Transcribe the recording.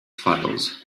files